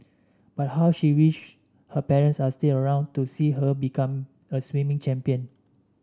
but how she wished her parents are still around to see her become a swimming champion